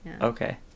Okay